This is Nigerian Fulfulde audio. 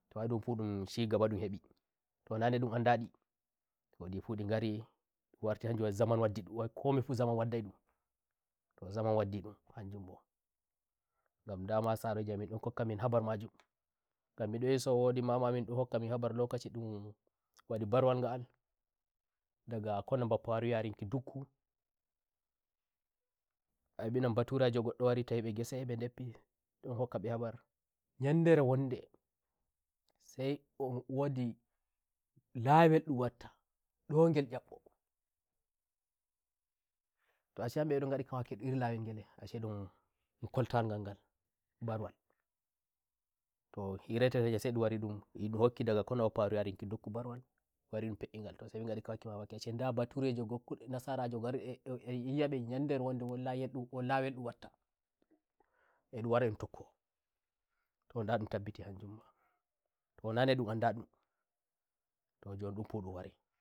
to ayi ndun fu ndun cigaba ndun hebito nane ndun andadito ndifu ndi ngari warti hanjun won zaman waddi dumwai komi fu zaman waddai dumto zaman waddi ndum hanjumbongam dama saroji am ndon hokkai min habar majumgan midon hiso wodi mama amin ndon hokka min habar lokaci ndum wadi baruwal nga'aldaga konan bapparu yaruki dukkua mbi non baturejo goddo wari tau mbe gese a ndeppindon hokka mbe habarnyandere wondesai on wodi lawol ndum wattandogel nyabboto ashe hambe mbe ndon ngadi ka wakki ndun iri layiyel ngele ahse ndun koltawal nganganbaruwalto hirata eh weta sai ndun wari ndum yi ndum hokki ndaga kona bapparu yaruki dukku baruwalwari ndun pe'igalto sai min ngadi ga wakki mamaki ashe nda baturejo ndokku ndo nasaraje nyandere wonde won lawol ndun watta edum wara edum tokkoto nda ndun tabbiti hanjum mato nane ndun anda ndum